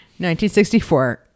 1964